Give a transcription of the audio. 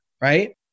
right